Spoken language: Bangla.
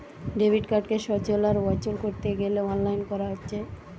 ডেবিট কার্ডকে সচল আর অচল কোরতে গ্যালে অনলাইন কোরা হচ্ছে